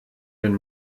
den